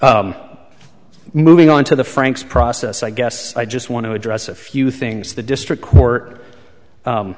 present moving on to the frank's process i guess i just want to address a few things the district court